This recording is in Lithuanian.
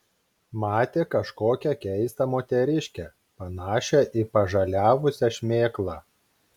matė kažkokią keistą moteriškę panašią į pažaliavusią šmėklą